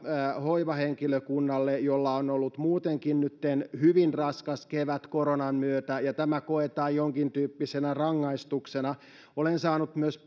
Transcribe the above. hoivahenkilökunnalle jolla on ollut muutenkin nyt hyvin raskas kevät koronan myötä ja tämä koetaan jonkintyyppisenä rangaistuksena olen saanut myös